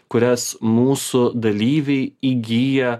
kurias mūsų dalyviai įgyja